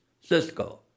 Cisco